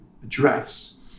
address